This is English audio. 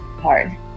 hard